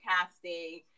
casting